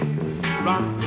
Rock